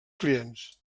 clients